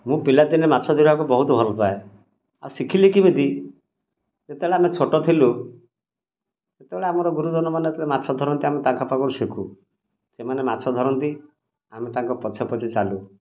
ମୁଁ ପିଲା ଦିନେ ମାଛ ଧରିବାକୁ ବହୁତ ଭଲ ପାଏ ଆଉ ଶିଖିଲି କେମିତି ଯେତେବେଳେ ଆମେ ଛୋଟ ଥିଲୁ ସେତେବେଳେ ଆମର ଗୁରୁଜନମାନେ ଯେତେବେଳେ ମାଛ ଧରନ୍ତି ଆମେ ତାଙ୍କ ପାଖରୁ ଶିଖୁ ସେମାନେ ମାଛ ଧରନ୍ତି ଆମେ ତାଙ୍କ ପଛେ ପଛେ ଚାଲୁ